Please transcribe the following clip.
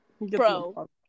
bro